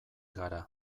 gara